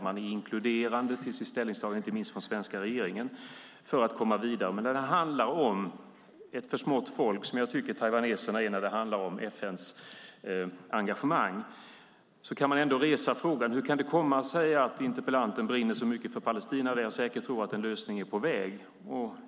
Man är inkluderande i sitt ställningstagande, inte minst från den svenska regeringen, för att komma vidare. Men när det handlar om ett försmått folk, som jag tycker att taiwaneserna är när det handlar om FN:s engagemang, kan man ändå resa frågan hur det kan komma sig att interpellanten brinner så mycket för Palestina där jag tror att en lösning säkert är på väg.